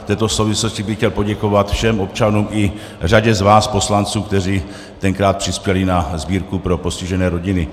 V této souvislosti bych chtěl poděkovat všem občanům i řadě z vás poslanců, kteří tenkrát přispěli na sbírku pro postižené rodiny.